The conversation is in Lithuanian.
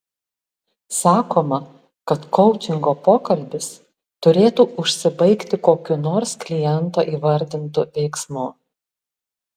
sakoma kad koučingo pokalbis turėtų užsibaigti kokiu nors kliento įvardintu veiksmu